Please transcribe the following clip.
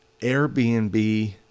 Airbnb